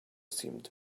seemed